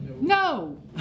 no